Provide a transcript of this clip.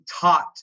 taught